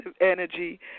energy